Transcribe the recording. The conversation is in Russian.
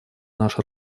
наша